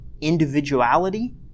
individuality